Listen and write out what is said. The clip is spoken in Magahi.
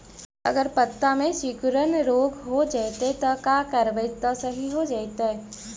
अगर पत्ता में सिकुड़न रोग हो जैतै त का करबै त सहि हो जैतै?